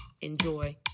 enjoy